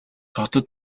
хотод